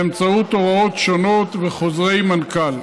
באמצעות הוראות שונות וחוזרי מנכ"ל.